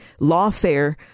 lawfare